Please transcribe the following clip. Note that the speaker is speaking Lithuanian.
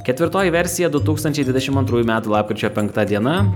ketvirtoji versija du tūkstančiai dvidešimt antrųjų metų lapkričio penkta diena